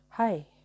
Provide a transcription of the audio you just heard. Hi